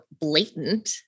blatant